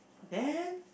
then